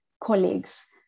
colleagues